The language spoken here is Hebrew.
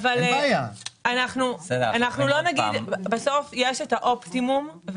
רוצה לומר במילה אחת שהטבעת הפנימית נועדה לתפוס